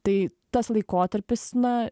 tai tas laikotarpis na